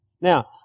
Now